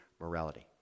morality